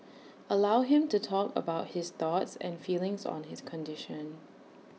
allow him to talk about his thoughts and feelings on his condition